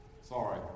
Sorry